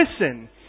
listen